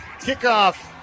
kickoff